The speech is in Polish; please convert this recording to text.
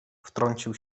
wtrącił